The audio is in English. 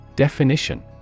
Definition